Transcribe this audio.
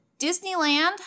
Disneyland